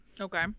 Okay